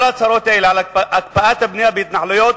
כל ההצהרות האלה על הקפאת הבנייה בהתנחלויות